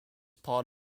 part